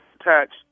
attached